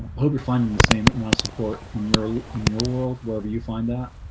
hope you're finding the same amount support in your in your world whether you find that